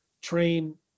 train